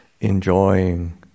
enjoying